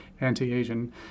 anti-asian